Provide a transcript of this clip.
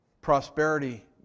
prosperity